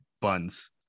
buns